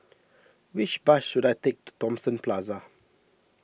which bus should I take to Thomson Plaza